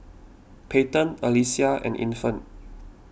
Peyton Alesia and Infant